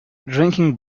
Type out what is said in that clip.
drinking